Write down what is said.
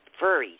furries